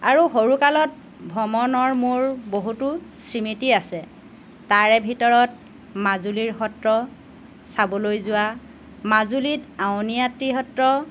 আৰু সৰুকালত ভ্ৰমণৰ মোৰ বহুতো স্মৃতি আছে তাৰে ভিতৰত মাজুলীৰ সত্ৰ চাবলৈ যোৱা মাজুলীত আউনীআটি সত্ৰ